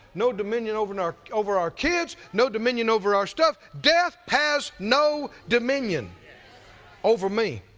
no dominion over and our over our kids, no dominion over our stuff, death has no dominion over me.